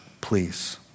please